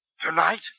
Tonight